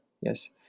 yes